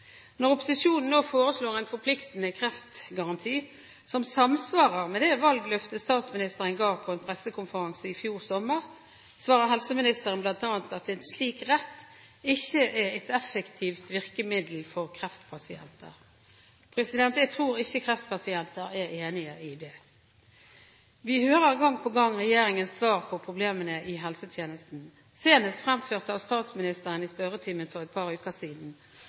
Når opposisjonen nå foreslår en forpliktende kreftgaranti, som samsvarer med det valgløftet statsministeren ga på en pressekonferanse i fjor sommer, svarer helseministeren bl.a. at en slik rett ikke er et effektivt virkemiddel for kreftpasienter. Jeg tror ikke kreftpasienter er enig i det. Vi hører gang på gang regjeringens svar på problemene i helsetjenesten, senest fremført av statsministeren i spørretimen for et par uker siden.